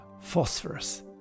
phosphorus